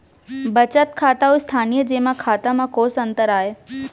बचत खाता अऊ स्थानीय जेमा खाता में कोस अंतर आय?